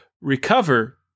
recover